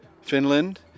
Finland